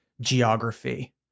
geography